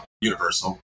universal